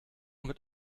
mit